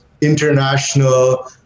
international